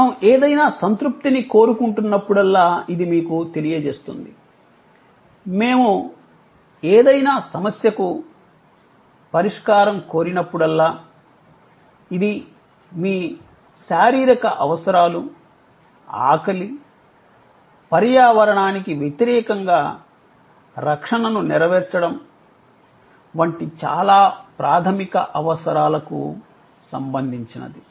మేము ఏదైనా సంతృప్తిని కోరుకుంటున్నప్పుడల్లా ఇది మీకు తెలియజేస్తుంది మేము ఏదైనా సమస్యకు పరిష్కారం కోరినప్పుడల్లా ఇది మీ శారీరక అవసరాలు ఆకలి పర్యావరణానికి వ్యతిరేకంగా రక్షణను నెరవేర్చడం వంటి చాలా ప్రాధమిక అవసరాలకు సంబంధించినది